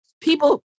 people